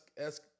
ask